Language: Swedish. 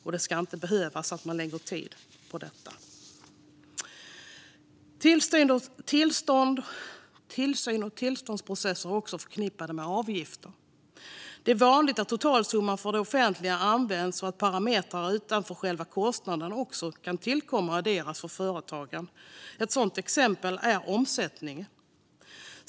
Man ska inte behöva lägga tid på det här. Tillsyn och tillståndsprocesser är också förknippade med avgifter. Det är vanligt att totalsumman för det offentliga används och att parametrar utanför själva kostnaden kan tillkomma för företagen. Ett sådant exempel är omsättningen.